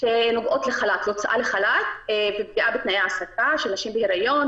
שנוגעות להוצאה לחל"ת ופגיעה בתנאי ההעסקה של נשים בהיריון,